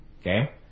Okay